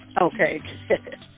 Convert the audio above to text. Okay